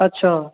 अच्छा